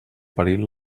perill